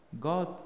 God